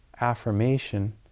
affirmation